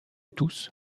tous